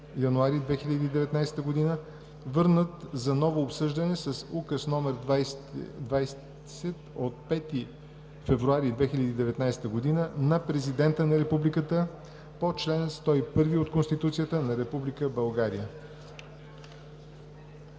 януари 2019 г., върнат за ново обсъждане с Указ № 20 от 4 февруари 2019 г. на Президента на Републиката по чл. 101 от Конституцията на Република България.